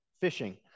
fishing